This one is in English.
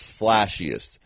flashiest